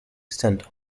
sent